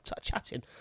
chatting